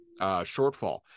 shortfall